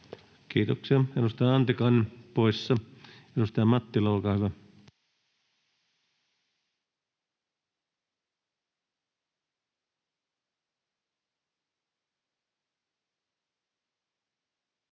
Kiitoksia. — Edustaja Antikainen, poissa. — Edustaja Mattila, olkaa hyvä.